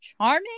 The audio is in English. charming